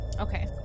Okay